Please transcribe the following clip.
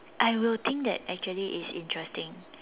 I will think that actually it is interesting